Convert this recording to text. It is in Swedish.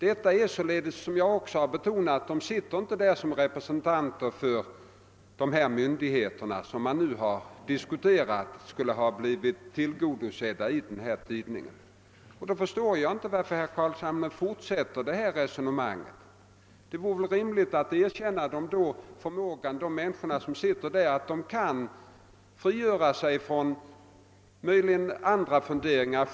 De sitter inte där — som jag också betonat — såsom representanter för de myndigheter som diskussionen gällt och som man hävdat skulle ha blivit tillgodosedda i tidningen. Då förstår jag inte varför herr Carlshamre fortsätter detta resonemang. Det vore rimligt att erkänna att dessa personer har förmågan att i stiftelsen frigöra sig från eventuella andra tjänsteuppgifter.